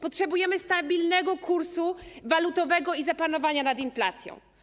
Potrzebujemy stabilnego kursu walutowego i zapanowania nad inflacją.